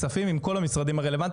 חברות שירצו לקחת בזה חלק,